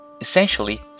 Essentially